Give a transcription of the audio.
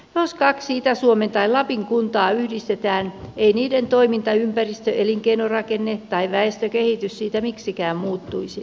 jos kaksi itä suomen tai lapin kuntaa yhdistetään ei niiden toimintaympäristö elinkeinorakenne tai väestökehitys siitä miksikään muuttuisi